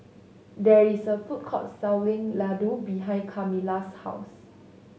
there is a food court selling Ladoo behind Kamila's house